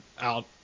out